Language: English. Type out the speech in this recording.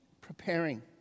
preparing